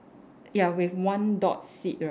ya with one dot seed right